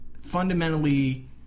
fundamentally